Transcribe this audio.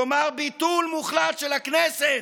כלומר ביטול מוחלט של הכנסת.